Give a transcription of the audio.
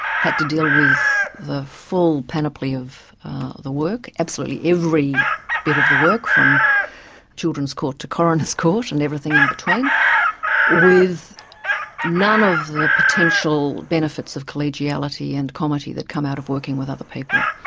had to deal with the full panoply of the work, absolutely every bit of the work, from children's court to coroners court and everything in between with none of the potential benefits of collegiality and comity that come out of working with other people.